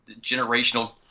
generational